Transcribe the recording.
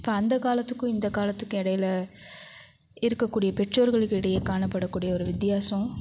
இப்போ அந்த காலத்துக்கும் இந்த காலத்துக்கும் இடையில இருக்கக்கூடிய பெற்றோர்களுக்கிடையே காணப்படக்கூடிய ஒரு வித்தியாசம்